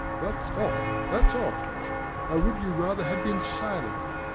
that's off, that's off i would you rather had been silent.